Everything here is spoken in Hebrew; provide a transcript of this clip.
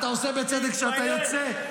תתבייש.